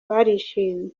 barishimye